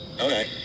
Okay